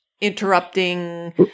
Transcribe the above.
interrupting